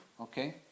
Okay